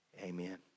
amen